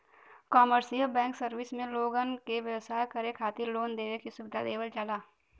commercial banking service में लोगन के व्यवसाय करे खातिर लोन देवे के सुविधा देवल जाला